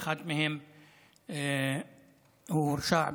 באחת מהן הוא הורשע בתמיכה,